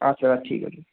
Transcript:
আচ্ছা দাদা ঠিক আছে